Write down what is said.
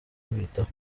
ubitaho